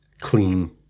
clean